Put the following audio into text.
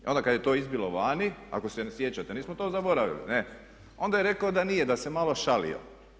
I onda kad je to izbilo vani ako se ne sjećate, nismo to zaboravili ne', onda je rekao da nije da se malo šalio.